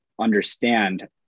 understand